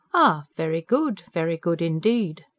ah, very good. very good indeed!